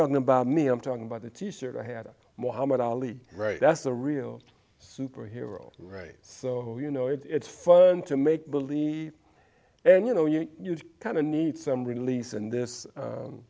talking about me i'm talking about the t shirt i had mohammad ali right that's the real superhero right so you know it's fun to make believe and you know you kind of need some release and this